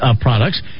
products